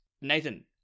Nathan